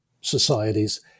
societies